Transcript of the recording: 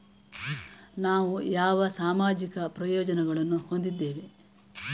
ನಾವು ಯಾವ ಸಾಮಾಜಿಕ ಪ್ರಯೋಜನಗಳನ್ನು ಹೊಂದಿದ್ದೇವೆ?